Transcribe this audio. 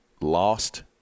lost